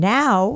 now